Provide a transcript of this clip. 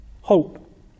Hope